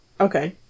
Okay